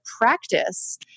practice